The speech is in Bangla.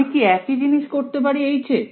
আমি কি একই জিনিস করতে পারি এ